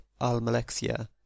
Almalexia